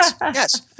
yes